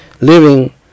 living